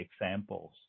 examples